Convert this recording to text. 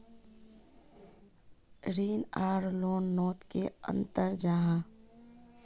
ऋण आर लोन नोत की अंतर जाहा?